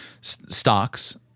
stocks